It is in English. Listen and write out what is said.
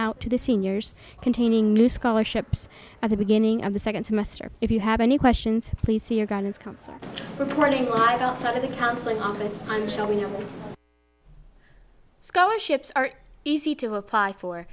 out to the seniors containing new scholarships at the beginning of the second semester if you have any questions please see your guidance counselor reporting live outside of the counseling office until your scholarships are easy to apply for